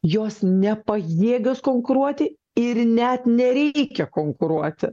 jos nepajėgios konkuruoti ir net nereikia konkuruoti